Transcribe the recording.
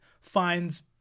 finds